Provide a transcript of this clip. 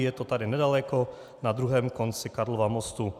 Je to tady nedaleko na druhém konci Karlova mostu.